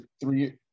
three